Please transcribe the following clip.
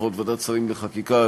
לפחות בוועדת שרים לחקיקה,